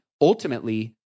ultimately